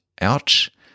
Ouch